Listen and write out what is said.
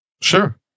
Sure